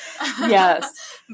Yes